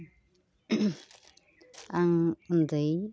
आं उन्दै